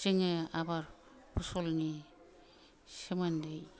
जोङो आबाद फसलनि सोमोन्दै